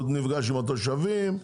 הוא נפגש עם התושבים,